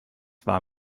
war